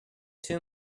two